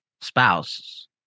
spouse